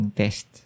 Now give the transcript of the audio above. test